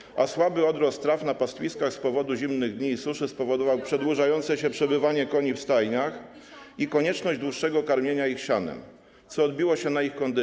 Jezus Maria... ...a słaby odrost traw na pastwiskach z powodu zimnych dni i suszy spowodował przedłużające się przebywanie koni w stajniach i konieczność dłuższego karmienia ich sianem, co odbiło się na ich kondycji.